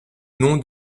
nom